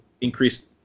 increased